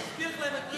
הוא הבטיח להם את ברית